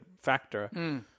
factor